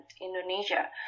Indonesia